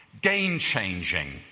Game-changing